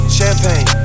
Champagne